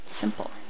simple